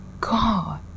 god